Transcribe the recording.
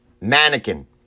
mannequin